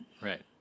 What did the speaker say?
Right